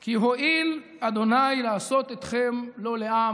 כי הואיל ה' לעשות אתכם לו לעם".